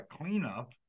cleanup